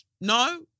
No